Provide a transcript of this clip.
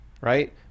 right